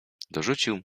dorzucił